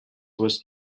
was